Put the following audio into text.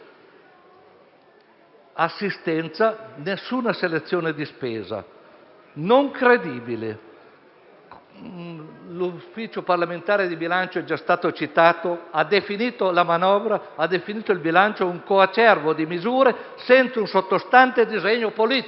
Si fa assistenza e nessuna selezione di spesa. Non è credibile. L'Ufficio parlamentare di bilancio, che è già stato citato, ha definito la legge di bilancio un coacervo di misure senza un sottostante disegno politico.